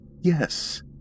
Yes